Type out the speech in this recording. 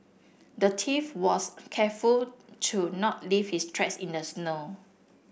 the thief was careful to not leave his tracks in the snow